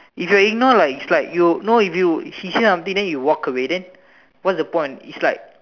if you ignore like it's like you no if you she say something then you walk away then what's the point it's like